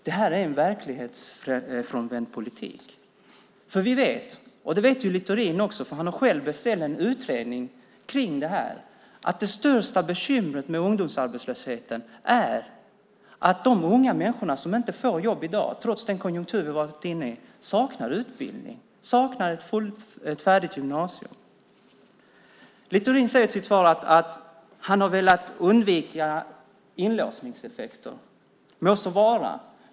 Det här är en verklighetsfrånvänd politik. Vi vet, och det vet Littorin också, för han har själv beställt en utredning kring det här, att det största bekymret med ungdomsarbetslösheten är att de unga människor som inte får jobb i dag, trots den konjunktur som vi har varit inne i, saknar utbildning. De saknar en fullvärdig gymnasieutbildning. Littorin säger i sitt svar att han har velat undvika inlåsningseffekter. Må så vara!